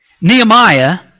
Nehemiah